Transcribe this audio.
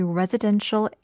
residential